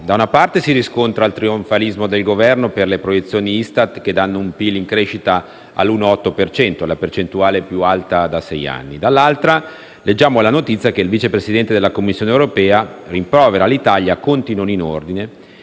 Da una parte, si riscontra il trionfalismo del Governo per le proiezioni ISTAT che danno un PIL in crescita all'1,8 per cento, la percentuale più alta da sei anni. Dall'altra, leggiamo la notizia che il vicepresidente della Commissione europea, rimprovera all'Italia per i conti non in ordine